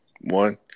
One